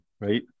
right